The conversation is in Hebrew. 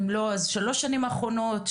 אם לא אז שלוש שנים אחרונות,